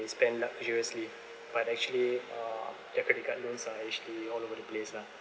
spend luxuriously but actually uh their credit card loans are actually all over the place lah